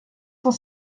cent